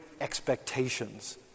expectations